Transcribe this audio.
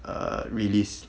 err release